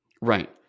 Right